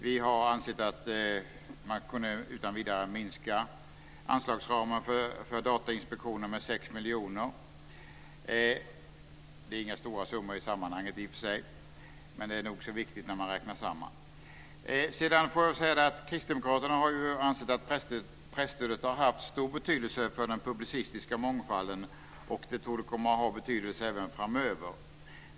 Vi anser att man utan vidare kan minska anslagsramen för Datainspektionen med 6 miljoner. Det är i och för sig inga stora summor i sammanhanget, men det är nog så viktigt vid en sammanräkning. Kristdemokraterna anser att presstödet har haft stor betydelse för den publicistiska mångfalden, och det torde komma att ha betydelse även framöver.